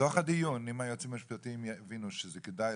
בתוך הדיון אם היועצים המשפטיים יבינו שזה כדאי